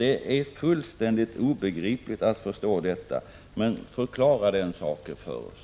Det är fullständigt omöjligt att förstå detta. Förklara den saken för oss!